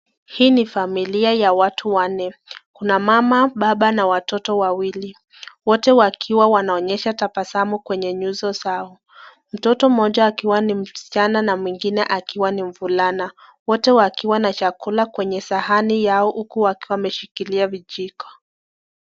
Hii ni familia ya watu wanne. Kuna mama, baba na watoto wawili. Wote wakiwa wanaonyesha tabasamu kwenye nyuso zao. Mtoto moja akiwa ni msichana na mwingine akiwa ni mvulana. Wote wakiwa na chakula kwenye sahani yao huku wakiwa wameshikilia vijiko.